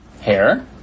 Hair